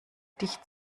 dich